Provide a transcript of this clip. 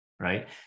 Right